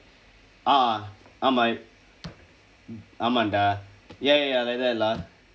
ah ஆமாம் ஆமாம்:aamaam aamaam dah ya ya like that lah